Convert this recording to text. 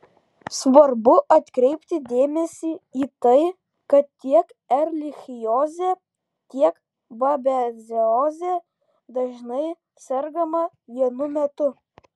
svarbu atkreipti dėmesį į tai kad tiek erlichioze tiek babezioze dažnai sergama vienu metu